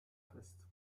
fest